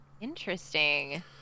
Interesting